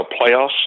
playoffs